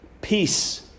peace